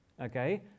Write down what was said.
okay